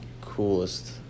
coolest